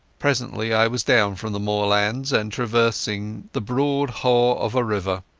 presently i was down from the moorlands and traversing the broad haugh of a river.